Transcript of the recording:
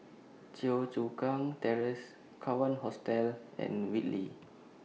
Yio Chu Kang Terrace Kawan Hostel and Whitley